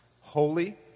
Holy